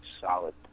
solid